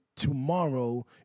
Tomorrow